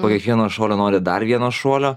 po kiekvieno šuolio nori dar vieno šuolio